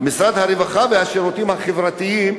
והשירותים החברתיים,